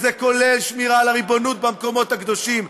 וזה כולל שמירה על הריבונות במקומות הקדושים.